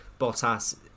Bottas